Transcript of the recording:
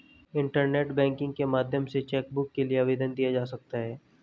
internet banking के माध्यम से चैकबुक के लिए आवेदन दिया जा सकता है